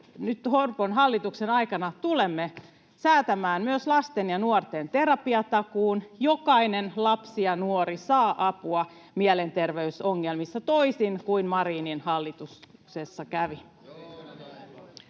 Nyt Orpon hallituksen aikana tulemme säätämään myös lasten ja nuorten terapiatakuun: jokainen lapsi ja nuori saa apua mielenterveysongelmissa, toisin kuin Marinin hallituksessa kävi.